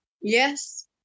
Yes